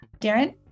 Darren